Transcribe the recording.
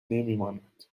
نمیماند